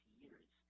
years